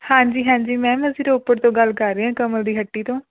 ਹਾਂਜੀ ਹਾਂਜੀ ਮੈਮ ਅਸੀਂ ਰੋਪੜ ਤੋਂ ਗੱਲ ਕਰ ਰਹੇ ਹਾਂ ਕਮਲ ਦੀ ਹੱਟੀ ਤੋਂ